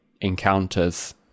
encounters